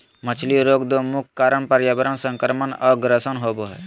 मछली रोग दो मुख्य कारण पर्यावरण संक्रमण और ग्रसन होबे हइ